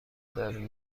درمی